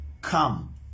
come